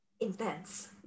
Intense